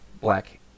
black